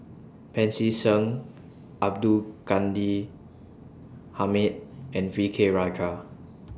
Pancy Seng Abdul Ghani Hamid and V K Rajah